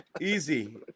easy